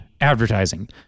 advertising